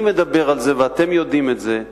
אני מדבר על זה ואתם יודעים את זה,